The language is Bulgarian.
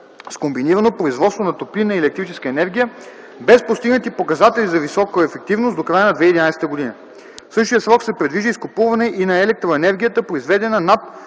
с комбинирано производство на топлинна и електрическа енергия, без постигнати показатели за високоефективност, до края на 2011 г. В същия срок се предвижда изкупуване и на електроенергията, произведена над